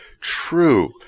true